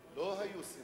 לא היו.